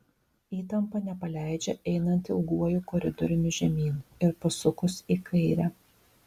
įtampa nepaleidžia einant ilguoju koridoriumi žemyn ir pasukus į kairę